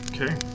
Okay